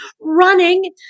running